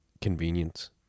convenience